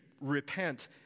repent